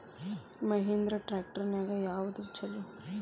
Mahindra tractor ನ್ಯಾಗ ಯಾವ್ದ ಛಲೋ?